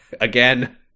Again